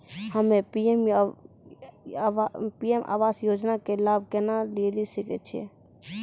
हम्मे पी.एम आवास योजना के लाभ केना लेली सकै छियै?